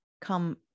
come